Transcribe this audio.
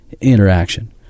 interaction